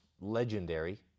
legendary